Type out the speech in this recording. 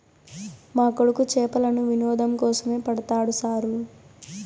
మా కొడుకు చేపలను వినోదం కోసమే పడతాడు సారూ